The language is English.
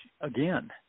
again